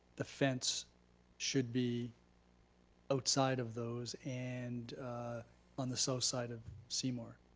the fence should be outside of those and on the south side of seymour.